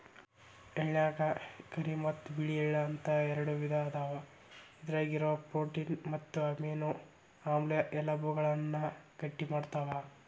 ಎಳ್ಳನ್ಯಾಗ ಕರಿ ಮತ್ತ್ ಬಿಳಿ ಎಳ್ಳ ಅಂತ ಎರಡು ವಿಧ ಅದಾವ, ಇದ್ರಾಗಿರೋ ಪ್ರೋಟೇನ್ ಮತ್ತು ಅಮೈನೋ ಆಮ್ಲ ಎಲಬುಗಳನ್ನ ಗಟ್ಟಿಮಾಡ್ತಾವ